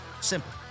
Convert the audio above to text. Simple